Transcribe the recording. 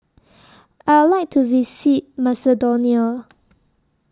I Would like to visit Macedonia